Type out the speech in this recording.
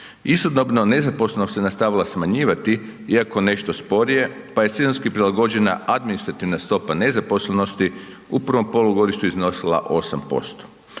Istodobno nezaposlenost se nastavila smanjivati iako nešto sporije pa je sezonski prilagođena administrativna stopa nezaposlenosti u prvom polugodištu iznosila 8%.